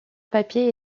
papier